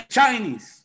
Chinese